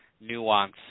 nuance